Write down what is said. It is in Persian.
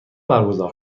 برگزار